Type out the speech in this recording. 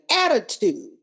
attitude